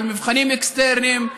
על מבחנים אקסטרניים,